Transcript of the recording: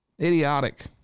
idiotic